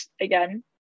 again